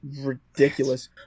ridiculous